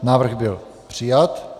Návrh byl přijat.